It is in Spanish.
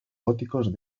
góticos